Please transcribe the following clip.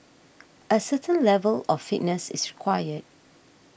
a certain level of fitness is required